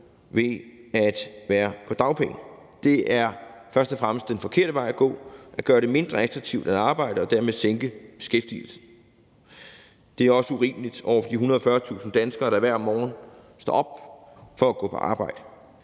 ved at være på dagpenge. Det er først og fremmest den forkerte vej at gå at gøre det mindre attraktivt at arbejde og dermed sænke beskæftigelsen. Det er også urimeligt over for de 140.000 danskere, der hver morgen står op for at gå på arbejde.